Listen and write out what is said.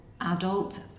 adult